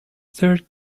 third